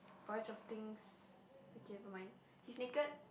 bunch of things okay never mind he's naked